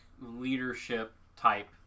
leadership-type